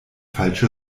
falsche